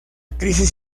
crisis